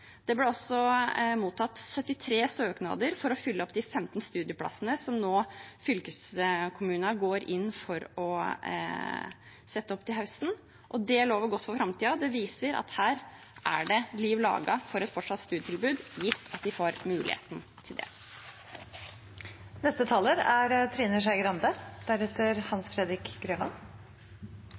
Det ble også mottatt 73 søknader for å fylle opp de 15 studieplassene som fylkeskommunen nå går inn for å sette opp til høsten. Det lover godt for framtiden, det viser at her er det liv laga for et fortsatt studietilbud – gitt de får muligheten til det. Dette er